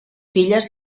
filles